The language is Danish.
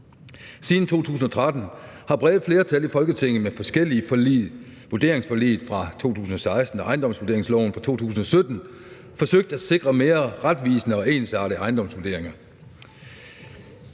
Siden 2013 har brede flertal i Folketinget med forskellige forlig – vurderingsforliget fra 2016 og ejendomsvurderingsloven fra 2017 – forsøgt at sikre mere retvisende og ensartede ejendomsvurderinger.